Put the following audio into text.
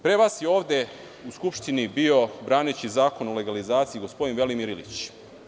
Pre vas je ovde u Skupštini bio, braneći Zakon o legalizaciji, gospodin Velimir Ilić.